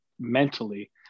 mentally